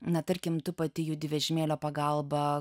na tarkim tu pati judi vežimėlio pagalba